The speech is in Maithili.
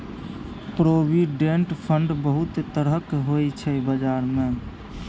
प्रोविडेंट फंड बहुत तरहक होइ छै बजार मे